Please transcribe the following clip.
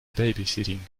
babysitting